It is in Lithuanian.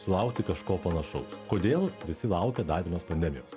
sulaukti kažko panašaus kodėl visi laukia dar vienos pandemijos